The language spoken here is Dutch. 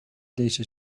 deze